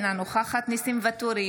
אינה נוכחת ניסים ואטורי,